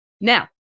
Now